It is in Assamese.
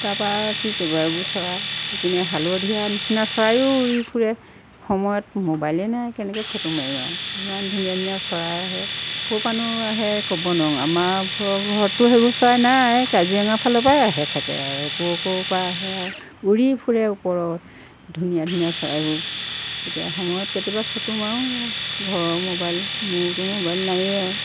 তাৰপা কি কৰিব এইবোৰ চৰাই ইপিনে হালধীয়াৰ নিচিনা চৰাইও উৰি ফুৰে সময়ত মোবাইলে নাই কেনেকৈ ফটো মাৰিম আৰু ইমান ধুনীয়া ধুনীয়া চৰাই আহে ক'ৰ পানো আহে ক'ব নোৱাৰো আমাৰ ঘ ঘৰতটো সেইবোৰ চৰাই নাই কাজিৰঙা ফালৰ পৰাই আহে চাগে আৰু ক' ক'ৰ পৰা আহে আৰু উৰি ফুৰে ওপৰত ধুনীয়া ধুনীয়া চৰাইবোৰ এতিয়া সময়ত কেতিয়াবা ফটো মাৰোঁ ঘৰৰ মোবাইল মোৰতো মোবাইল নায়েই আৰু